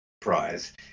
prize